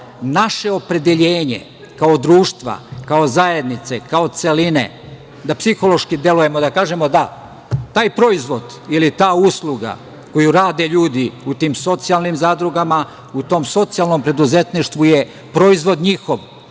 naše opredeljenje kao društva, kao zajednice, kao celine, da psihološki delujemo, da kažemo da, taj proizvod ili ta usluga koju rade ljudi u tim socijalnim zadrugama, u tom socijalnom preduzetništvu je proizvod njihov